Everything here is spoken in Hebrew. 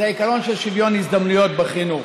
זה העיקרון של שוויון הזדמנויות בחינוך.